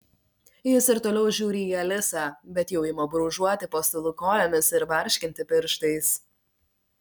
jis ir toliau žiūri į alisą bet jau ima brūžuoti po stalu kojomis ir barškinti pirštais